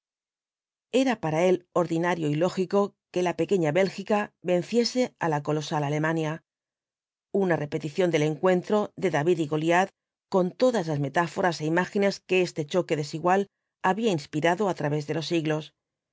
era para él ordinario y lógico que la pequeña bélgica venciese á la colosal alemania una repetición del encuentro de david y goliat con todas las metáforas é imágenes que este choque desigual había inspirado á través de los siglos